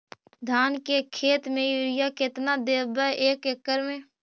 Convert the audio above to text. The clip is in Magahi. धान के खेत में युरिया केतना देबै एक एकड़ में?